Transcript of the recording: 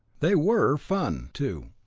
they were fun, too.